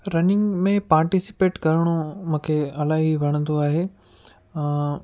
running में participate करिणो मूंखे इलाही वणंदो आहे